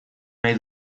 nahi